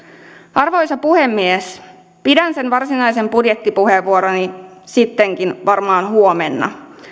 arvoisa puhemies pidän sen varsinaisen budjettipuheenvuoroni sittenkin varmaan huomenna